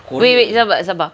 wait wait sabar sabar